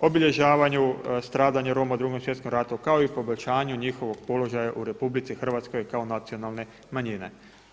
obilježavanju stradanju Roma u Drugom svjetskom ratu kao i poboljšanju njihovog položaja u RH kao nacionalne manjine.